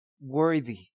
worthy